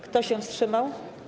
Kto się wstrzymał?